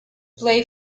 play